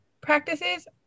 practices